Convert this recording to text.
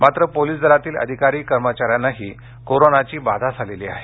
मात्र पोलीस दलातील अधिकारी कर्मचाऱ्यांनाही कोरोनाची बाधा झालेली आहे